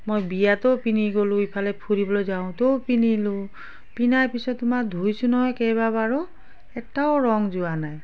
মই বিয়াতো পিন্ধি গ'লোঁ ইফালে ফুৰিবলৈ যাওঁতেও পিন্ধিলোঁ পিন্ধাৰ পিছত তোমাৰ ধুইছোঁ নহয় কেইবাবাৰো এটাও ৰং যোৱা নাই